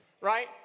Right